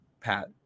Pat